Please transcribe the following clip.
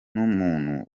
n’umuntu